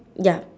ya